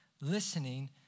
listening